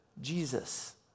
Jesus